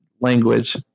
language